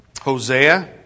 Hosea